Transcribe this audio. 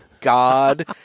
God